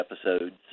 episodes